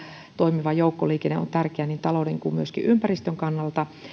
toimiva joukkoliikenne on tärkeä niin talouden kuin myöskin ympäristön kannalta